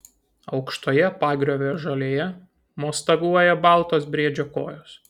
aukštoje pagriovio žolėje mostaguoja baltos briedžio kojos